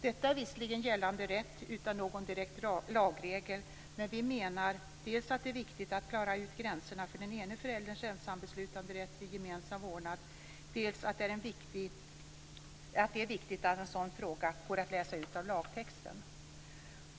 Detta är visserligen gällande rätt utan någon direkt lagregel, men vi menar dels att det är viktigt att klara ut gränserna för den ena förälderns ensambeslutanderätt vid gemensam vårdnad, dels att det är viktigt att en sådan fråga går att läsa ut av lagtexten.